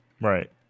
Right